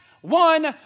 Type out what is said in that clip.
one